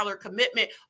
commitment